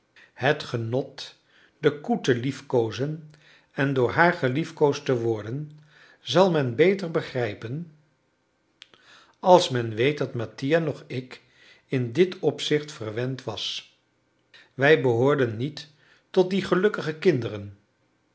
het genot de koe te liefkoozen en door haar geliefkoosd te worden zal men beter begrijpen als men weet dat mattia noch ik in dit opzicht verwend was wij behoorden niet tot die gelukkige kinderen